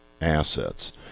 assets